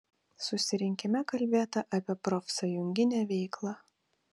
susirinkime kalbėta apie profsąjunginę veiklą